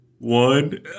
One